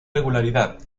regularidad